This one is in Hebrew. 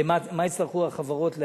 מה יצטרכו החברות להגיש.